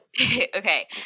Okay